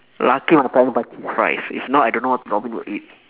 lucky my parents buy cheese fries if not I don't know what robin will eat